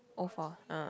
o four ah